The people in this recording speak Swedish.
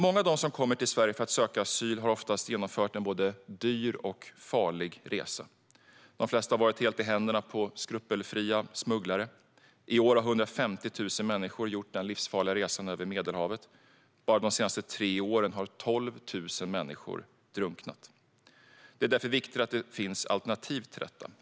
Många av dem som kommer till Sverige för att söka asyl har genomfört en både dyr och farlig resa. De flesta har varit helt i händerna på skrupelfria smugglare. I år har 150 000 människor gjort den livsfarliga resan över Medelhavet, och bara de tre senaste åren har 12 000 människor drunknat. Det är därför viktigt att det finns alternativ till detta.